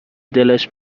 دلش